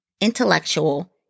intellectual